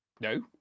No